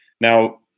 Now